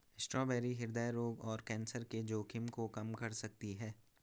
strawberry हृदय रोग और कैंसर के जोखिम को कम कर सकती है